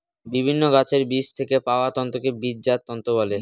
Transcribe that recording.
বিভিন্ন গাছের বীজ থেকে পাওয়া তন্তুকে বীজজাত তন্তু বলে